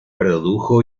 produjo